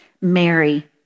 Mary